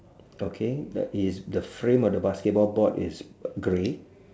okay that is the frame of the basketball board is grey